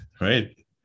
Right